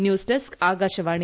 news desk Akashvani